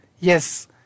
Yes